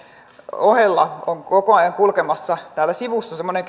ohella on koko ajan kulkemassa sivussa semmoinen